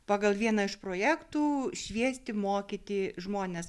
pagal vieną iš projektų šviesti mokyti žmones